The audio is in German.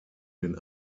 den